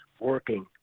working